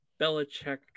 Belichick